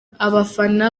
abafana